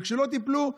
וכשלא טיפלו,